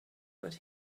but